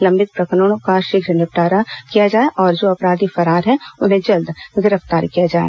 लंबित प्रकरणों का शीघ्र निपटारा किया जाए और जो अपराधी फरार है उन्हें जल्द गिरफ्तार किया जाए